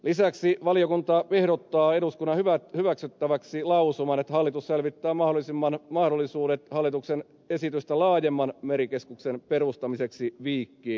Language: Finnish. lisäksi valiokunta ehdottaa eduskunnan hyväksyttäväksi lausuman että hallitus selvittää mahdollisuudet hallituksen esitystä laajemman merikeskuksen perustamiseksi viikkiin